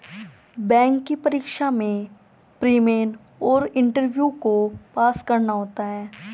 bank की परीक्षा में प्री, मेन और इंटरव्यू को पास करना होता है